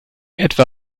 etwa